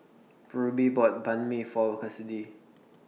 Ruby bought Banh MI For Kassidy